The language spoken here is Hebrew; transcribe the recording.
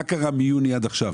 מה קרה מיוני ועד עכשיו?